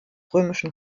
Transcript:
römischen